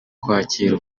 kwakira